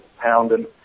pounding